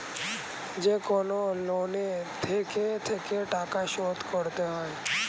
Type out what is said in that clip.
যেকনো লোনে থেকে থেকে টাকা শোধ করতে হয়